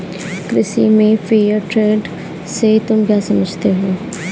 कृषि में fair trade से तुम क्या समझते हो?